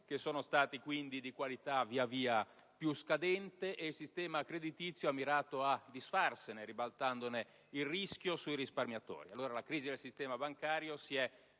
che sono stati, quindi, di qualità via via più scadente, e il sistema creditizio ha mirato a disfarsene, ribaltandone il rischio sui risparmiatori. La crisi del sistema bancario,